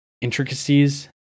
intricacies